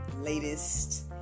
latest